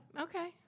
Okay